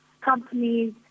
companies